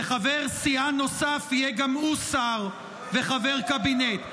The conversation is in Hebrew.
וחבר סיעה נוסף יהיה גם הוא שר וחבר קבינט.